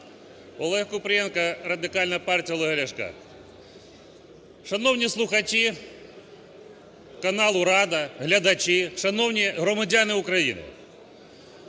Олег Купрієнко, Радикальна партія Олега Ляшка. Шановні слухачі каналу "Рада", глядачі, шановні громадяни України!